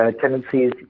tendencies